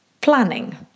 Planning